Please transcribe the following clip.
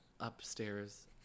upstairs